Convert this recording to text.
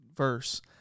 verse